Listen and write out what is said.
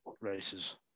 races